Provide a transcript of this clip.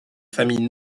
famille